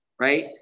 right